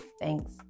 Thanks